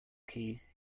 key